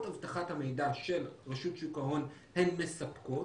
אבטחת המידע של רשות שוק ההון הן מספקות.